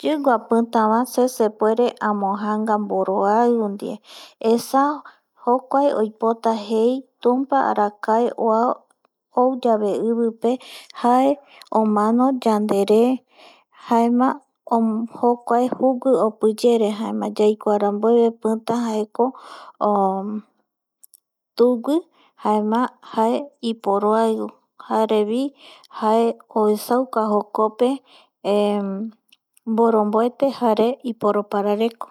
Yigua pita sepuetre amojanga boroaiu re esa jokua oipota jei tumpa ara kae ua ou yabe ivipe jae omano yandere jaema jokuae juwi opiyere yaikua ranbueve pita jeko, tuwi jaema jae iporoaiu jarebi jae uesauka jokope, boronbuete jare iporoparareko